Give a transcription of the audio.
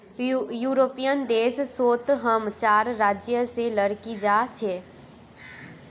European देश सोत हम चार राज्य से लकड़ी जा छे